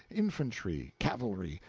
infantry, cavalry,